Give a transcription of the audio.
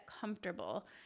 comfortable